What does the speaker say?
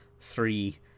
three